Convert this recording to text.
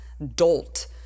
Dolt